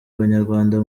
banyarwanda